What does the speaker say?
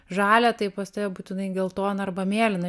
žalia tai pas tave būtinai geltona arba mėlyna